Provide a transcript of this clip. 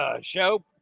show